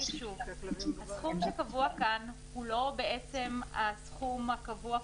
הסכום שקבוע כאן הוא לא הסכום הקבוע.